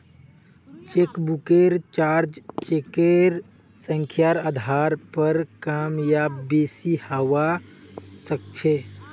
चेकबुकेर चार्ज चेकेर संख्यार आधार पर कम या बेसि हवा सक्छे